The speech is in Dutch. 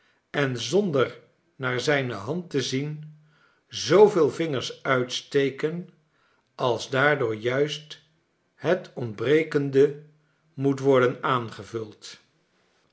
en zonder naar zijne hand te zien zooveel vingers uitstekenals waardoor juisthet ontbrekende moet worden aangevuld